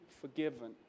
forgiven